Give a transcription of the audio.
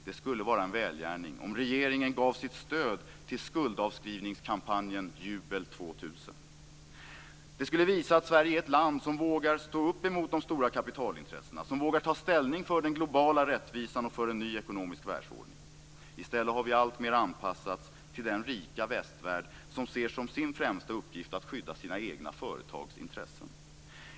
Det skulle vara en välgärning om regeringen gav sitt stöd till skuldavskrivningskampanjen Jubel 2000. Det skulle visa att Sverige är ett land som vågar stå upp mot de stora kapitalintressena, som vågar ta ställning för den globala rättvisan och för en ny ekonomisk världsordning. I stället har vi alltmer anpassats till den rika västvärld som ser som sin främsta uppgift att skydda sina egna företags intressen.